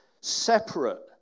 separate